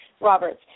Roberts